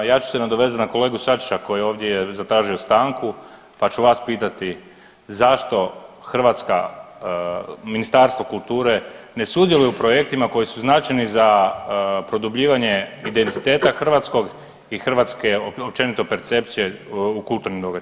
Ja ću se nadovezat na kolegu Sačića koji je ovdje zatražio stanku, pa ću vas pitati zašto Hrvatska i Ministarstvo kulture ne sudjeluje u projektima koji su značajni za produbljivanje identiteta hrvatskog i hrvatske općenito percepcije u kulturnim događajima?